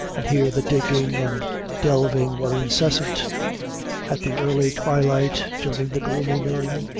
and here the digging and delving were incessant at the early twilight, during the gloomy noon,